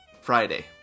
Friday